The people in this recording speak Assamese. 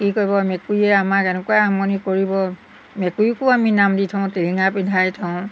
কি কৰিব মেকুৰীয়ে আমাক এনেকুৱা আমনি কৰিব মেকুৰীকো আমি নাম দি থওঁ টিলিঙা পিন্ধাই থওঁ